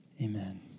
amen